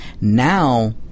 Now